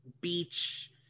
beach